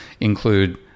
include